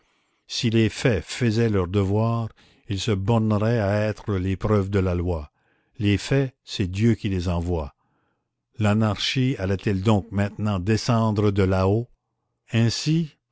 si les faits faisaient leur devoir ils se borneraient à être les preuves de la loi les faits c'est dieu qui les envoie l'anarchie allait-elle donc maintenant descendre de là-haut ainsi